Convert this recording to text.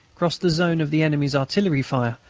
cross the zone of the enemy's artillery fire,